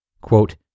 Quote